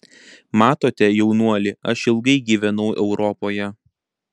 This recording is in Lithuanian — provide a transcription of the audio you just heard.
matote jaunuoli aš ilgai gyvenau europoje